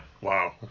Wow